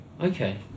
Okay